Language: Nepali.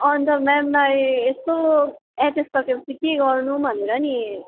अन्त मेमलाई यसो एचएस सके पछि के गर्नु भनेर नि